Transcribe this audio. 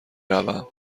روم